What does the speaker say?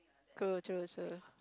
cool true true